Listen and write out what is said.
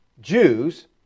Jews